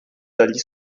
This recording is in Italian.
dagli